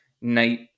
night